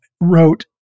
wrote